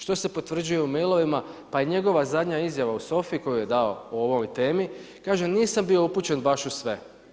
Što se potvrđuje u mail-ovima, pa je njegova zadnja izjava u Sofiji, koju je dao o ovoj temi, kaže: Nisam bio upućen baš u sve.